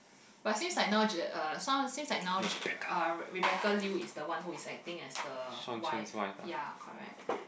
but seems like now j~ seems like now j~ uh Rebecca-Liu is the one who is acting as the wife ya correct